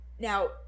Now